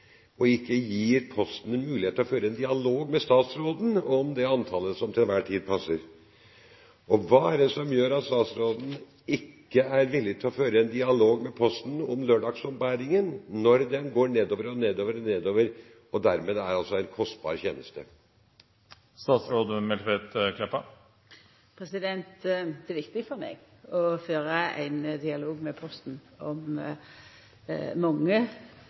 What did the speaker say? og ikke gir Posten mulighet til å føre en dialog med statsråden om det antallet som til enhver tid passer? Og hva er det som gjør at statsråden ikke er villig til å føre en dialog med Posten om lørdagsombæringen når den går nedover og nedover og nedover, og dermed er en kostbar tjeneste? Det er viktig for meg å føra ein dialog med Posten om mange